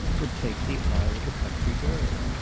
would take the eye of a country girl.